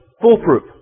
foolproof